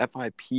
FIP